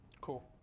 Cool